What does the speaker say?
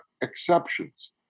exceptions